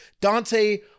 Dante